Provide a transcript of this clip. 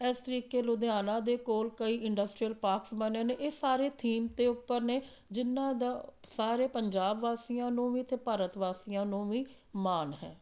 ਇਸ ਤਰੀਕੇ ਲੁਧਿਆਣਾ ਦੇ ਕੋਲ ਕਈ ਇੰਡਸਟਰੀਅਲ ਪਾਕਸ ਬਣੇ ਨੇ ਇਹ ਸਾਰੇ ਥੀਮ ਦੇ ਉੱਪਰ ਨੇ ਜਿਨ੍ਹਾਂ ਦਾ ਸਾਰੇ ਪੰਜਾਬ ਵਾਸੀਆਂ ਨੂੰ ਵੀ ਅਤੇ ਭਾਰਤ ਵਾਸੀਆਂ ਨੂੰ ਵੀ ਮਾਣ ਹੈ